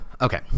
Okay